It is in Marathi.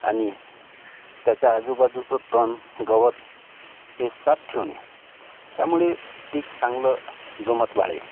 आणि त्याच्या आजूबाजूचं तण गवत हे साफ ठेवणे त्यामुळे पीक चांगलं जोमात वाढेल